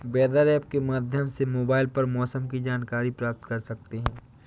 weather app के माध्यम से मोबाइल पर मौसम की जानकारी प्राप्त कर सकते हैं